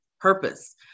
purpose